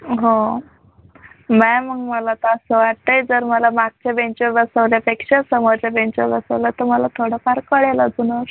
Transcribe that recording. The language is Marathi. हो मॅम मला तर असं वाटते आहे जर मला मागच्या बेंचवर बसवण्यापेक्षा समोरच्या बेंचवर बसवलं तर मला थोडंफार कळेल अजूनच